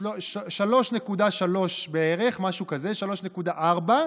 3.3 בערך, משהו כזה, 3.4,